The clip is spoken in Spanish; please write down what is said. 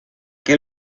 que